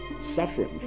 suffering